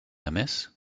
amiss